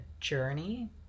journey